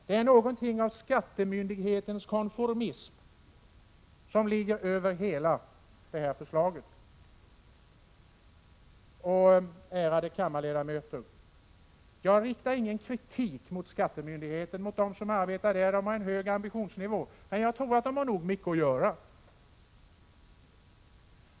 Det är någonting av skattemyndighetens konformism som ligger över hela detta förslag. Ärade kammarledamöter! Jag riktar ingen kritik mot skattemyndigheten och mot dem som arbetar där. De har en hög ambitionsnivå, men jag tror att de har nog mycket att göra.